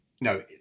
No